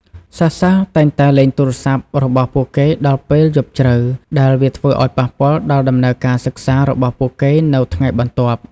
សិស្សៗតែងតែលេងទូរស័ព្ទរបស់ពួកគេដល់ពេលយប់ជ្រៅ ដែលវាធ្វើឱ្យប៉ះពាល់ដល់ដំណើរការសិក្សារបស់ពួកគេនៅថ្ងៃបន្ទាប់។